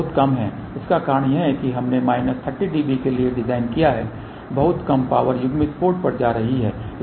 इसका कारण यह है कि हमने माइनस 30 dB के लिए डिज़ाइन किया है बहुत कम पावर युग्मित पोर्ट पर जा रही है